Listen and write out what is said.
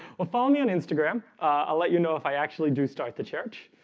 well, follow me on instagram i'll let you know if i actually do start the church